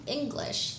English